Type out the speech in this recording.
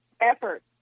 effort